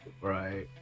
Right